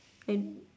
I